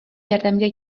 ярдәмгә